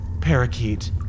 Parakeet